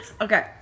Okay